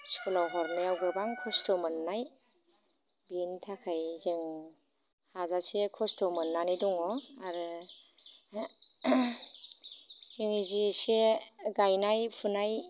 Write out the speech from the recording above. स्कुलाव हाबनायाव गोबां खस्थ' मोननाय बिनि थाखाय जों हाजासे खस्थ' मोननानै दङ आरो दिनै जि इसे गायनाय फुनाय